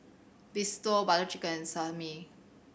Risotto Butter Chicken and Sashimi